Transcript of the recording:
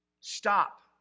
stop